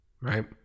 right